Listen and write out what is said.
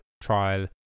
trial